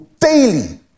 daily